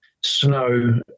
snow